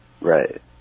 Right